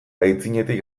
aitzinetik